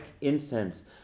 incense